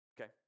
okay